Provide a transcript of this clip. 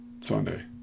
Sunday